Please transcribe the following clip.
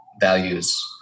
values